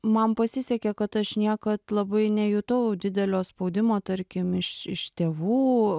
man pasisekė kad aš niekad labai nejutau didelio spaudimo tarkim iš iš tėvų